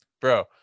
bro